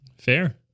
Fair